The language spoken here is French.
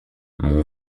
mon